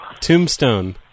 Tombstone